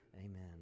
Amen